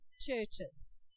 churches